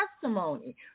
testimony